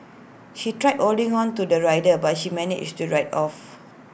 she tried or ding on to the rider but she managed to ride off